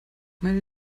meine